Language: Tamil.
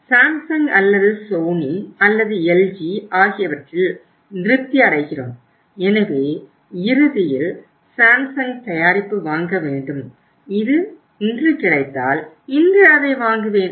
சாம்சங் அல்லது சோனி அல்லது எல்ஜி ஆகியவற்றில் திருப்தி அடைகிறோம் எனவே இறுதியில் சாம்சங் தயாரிப்புவாங்க வேண்டும் இது இன்று கிடைத்தால் இன்று அதை வாங்குவேன்